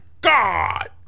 God